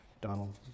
Donald